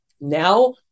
Now